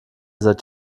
seit